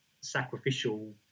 sacrificial